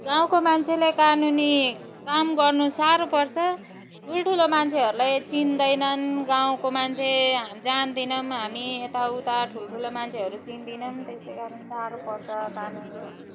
गाउँको मान्छेले कानुनी काम गर्नु साह्रो पर्छ ठुल्ठुलो मान्छेहरूलाई चिन्दैनन् गाउँको मान्छे हा जान्दैनौँ हामी यताउता ठुलो मान्छेहरू चिन्दैनौँ त्यसै कारण साह्रो पर्छ कानुनी